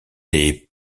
les